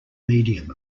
medium